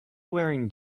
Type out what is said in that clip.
wearing